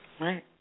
Right